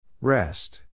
Rest